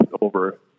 over